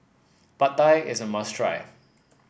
Pad Thai is a must try